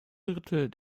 drittel